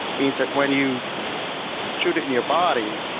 means that when you shoot it in your body,